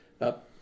up